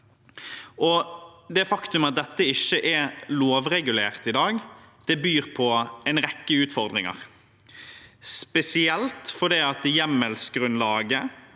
det faktum at dette ikke er lovregulert i dag, byr på en rekke utfordringer, spesielt fordi hjemmelsgrunnlaget